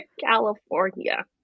California